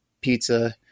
pizza